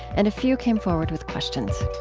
and a few came forward with questions